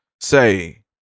say